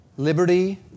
Liberty